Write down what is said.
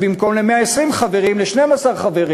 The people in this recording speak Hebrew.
במקום 120 חברים ל-12 חברים.